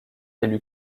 élu